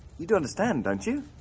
you do understand, don't you?